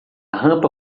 rampa